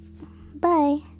bye